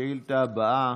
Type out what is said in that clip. השאילתה הבאה: